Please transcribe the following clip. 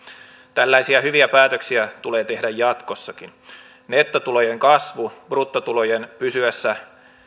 tällaisia hyviä päätöksiä tulee tehdä jatkossakin nettotulojen kasvu bruttotulojen pysyessä